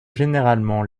généralement